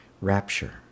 rapture